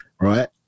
right